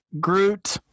Groot